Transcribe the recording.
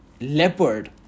leopard